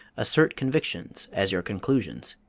assert convictions as your conclusions.